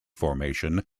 formation